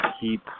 keep